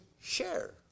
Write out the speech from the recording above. share